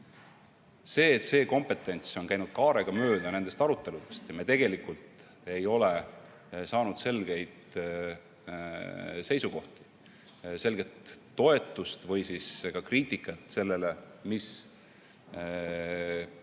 See kompetents on käinud kaarega mööda nendest aruteludest ja me tegelikult ei ole saanud selgeid seisukohti, selget toetust või siis ka kriitikat selle suhtes,